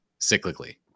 cyclically